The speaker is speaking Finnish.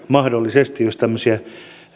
mahdollisesti jos tämmöisiä